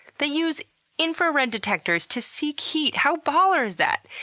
they use infrared detectors to seek heat. how baller is that?